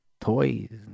toys